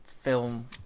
film